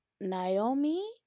Naomi